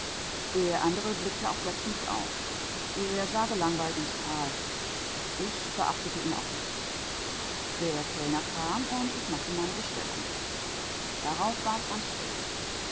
der andere blickte auch jetzt nicht auf er sah gelangweilt ins tal ich beachtete ihn auch nicht der kellner kam und ich machte meine bestellung darauf war es ganz still